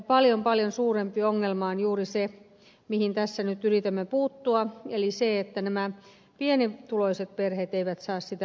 paljon paljon suurempi ongelma on juuri se mihin tässä nyt yritämme puuttua eli se että nämä pienituloiset perheet eivät saa sitä lapsilisää